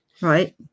right